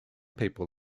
people